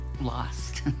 lost